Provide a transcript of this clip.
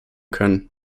können